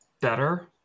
better